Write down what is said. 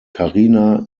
karina